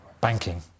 banking